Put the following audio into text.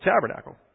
tabernacle